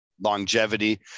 longevity